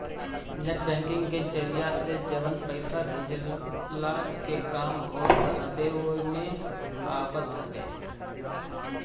net banking के जरिया से जवन पईसा भेजला के काम होत हवे उ एमे आवत हवे